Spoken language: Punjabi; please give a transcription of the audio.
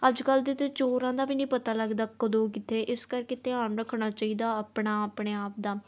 ਅੱਜ ਕੱਲ੍ਹ ਦੇ ਤਾਂ ਚੋਰਾਂ ਦਾ ਵੀ ਨਹੀਂ ਪਤਾ ਲੱਗਦਾ ਕਦੋਂ ਕਿੱਥੇ ਇਸ ਕਰਕੇ ਧਿਆਨ ਰੱਖਣਾ ਚਾਹੀਦਾ ਆਪਣਾ ਆਪਣੇ ਆਪ ਦਾ